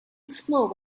explore